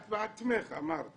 את בעצמך אמרת